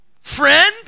Friend